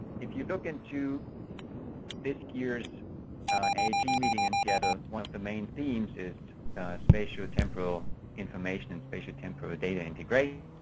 if you look into this year's aig meeting in seattle, one of the main themes is spatial temporal information, and spatial temporal data integration.